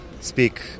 speak